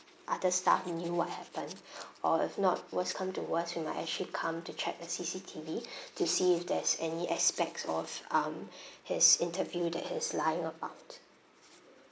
other staff who knew what happen or if not worse come to worst we might actually come to check the C_C_T_V to see if there's any aspects of um his interview that he's lying about